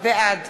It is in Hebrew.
בעד